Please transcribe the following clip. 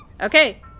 Okay